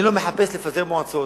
אני לא מחפש לפזר מועצות,